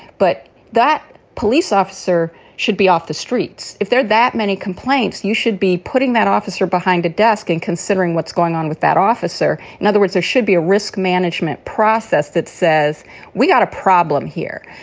but that police officer should be off the streets if there's that many complaints. you should be putting that officer behind a desk and considering what's going on with that officer. in other words, there should be a risk management process that says we've got a problem here,